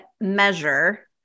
measure